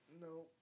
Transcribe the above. no